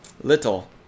Little